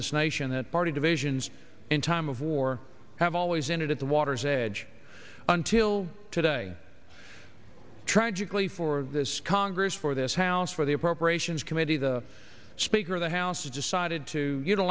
this nation that party divisions in time of war have always ended at the water's edge until today tragically for this congress for this house for the appropriations committee the speaker of the house has decided